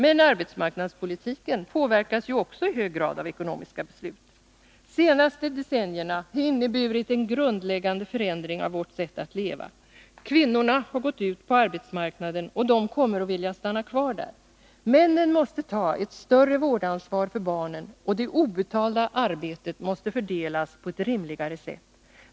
Men arbetsmarknadspolitiken påverkas ju också i hög grad av ekonomiska beslut. De senaste decennierna har inneburit en grundläggande förändring av vårt sätt att leva. Kvinnorna har gått ut på arbetsmarknaden, och de kommer att vilja stanna kvar där. Männen måste ta ett större vårdansvar för barnen, och det obetalda arbetet måste fördelas på ett rimligare sätt.